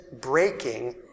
breaking